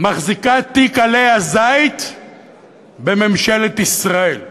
מחזיקת תיק עלה הזית בממשלת ישראל,